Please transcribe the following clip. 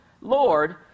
Lord